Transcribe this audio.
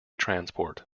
transport